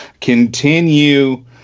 continue